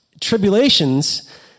tribulations